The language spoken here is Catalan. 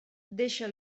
deixa